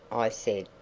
i said.